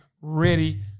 ready